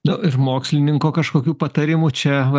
nu ir mokslininko kažkokių patarimų čia vat